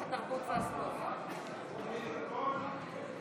עיגון מעמדה של העדה הדרוזית כשוות זכויות במדינת ישראל),